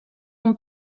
ont